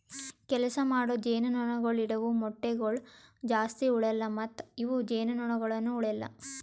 ಕೆಲಸ ಮಾಡೋ ಜೇನುನೊಣಗೊಳ್ ಇಡವು ಮೊಟ್ಟಗೊಳ್ ಜಾಸ್ತಿ ಉಳೆಲ್ಲ ಮತ್ತ ಇವು ಜೇನುನೊಣಗೊಳನು ಉಳೆಲ್ಲ